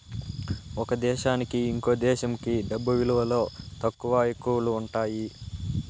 ఒక దేశానికి ఇంకో దేశంకి డబ్బు విలువలో తక్కువ, ఎక్కువలు ఉంటాయి